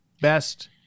best